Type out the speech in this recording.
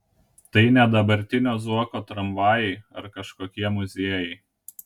tai ne dabartinio zuoko tramvajai ar kažkokie muziejai